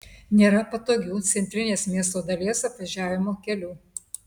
nėra patogių centrinės miesto dalies apvažiavimo kelių